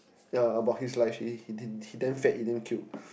yea about his life he he he damn fat he damn cute